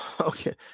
Okay